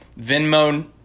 Venmo